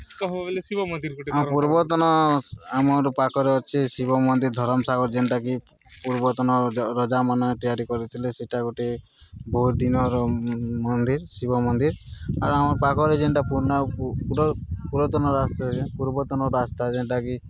କହ ବୋଇଲେ ଶିବ ମନ୍ଦିର ଗୋଟେ ଆମ ପୂର୍ବତନ ଆମର ପାଖରେ ଅଛି ଶିବ ମନ୍ଦିର ଧରମ ସାଗର ଯେନ୍ଟାକି ପୂର୍ବତନ ରଜାମାନ ତିଆରି କରିଥିଲେ ସେଇଟା ଗୋଟେ ବହୁତ ଦିନର ମନ୍ଦିର ଶିବ ମନ୍ଦିର ଆର୍ ଆମ ପାଖରେ ଯେନ୍ଟା ପୁରୁଣା ପୂର୍ବତନ ରାସ୍ ପୂର୍ବତନ ରାସ୍ତା ଯେନ୍ଟାକି